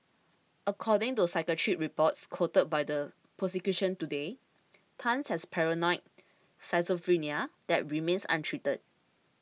according to psychiatric reports quoted by the prosecution today Tan has paranoid schizophrenia that remains untreated